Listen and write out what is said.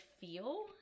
feel